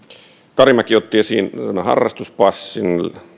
karimäki otti esiin harrastuspassin